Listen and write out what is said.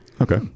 okay